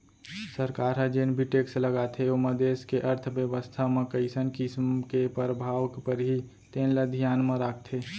सरकार ह जेन भी टेक्स लगाथे ओमा देस के अर्थबेवस्था म कइसन किसम के परभाव परही तेन ल धियान म राखथे